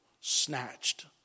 snatched